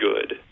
good